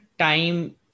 time